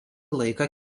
laiką